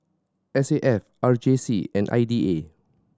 S A F R J C and I D A